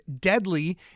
deadly